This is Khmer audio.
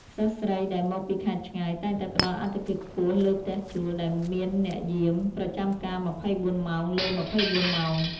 សិស្សស្រីដែលមកពីខេត្តឆ្ងាយតែងតែផ្តល់អាទិភាពខ្ពស់លើផ្ទះជួលដែលមានអ្នកយាមប្រចាំការម្ភៃបួនម៉ោងលើម្ភៃបួនម៉ោង។